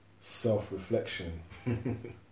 self-reflection